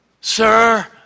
sir